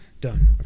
done